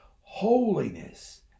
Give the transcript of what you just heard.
holiness